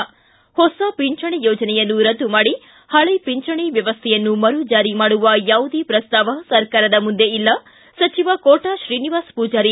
ಿ ಹೊಸ ಪಿಂಚಣಿ ಯೋಜನೆಯನ್ನು ರದ್ದು ಮಾಡಿ ಹಳೆ ಪಿಂಚಣಿ ವ್ಯವಸ್ಥೆಯನ್ನು ಮರು ಜಾರಿ ಮಾಡುವ ಯಾವುದೇ ಪ್ರಸ್ತಾವ ಸರ್ಕಾರದ ಮುಂದೆ ಇಲ್ಲ ಸಚಿವ ಕೋಟಾ ತ್ರೀನಿವಾಸ ಪೂಜಾರಿ